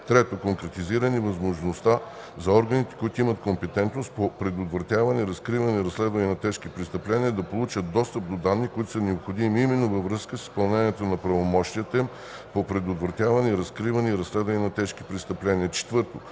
3. конкретизиране на възможността за органите, които имат компетентност по предотвратяване, разкриване и разследване на тежки престъпления, да получат достъп до данни, които са необходими именно във връзка с изпълнението на правомощията им по предотвратяване, разкриване и разследване на тежки престъпления; 4.